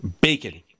bacon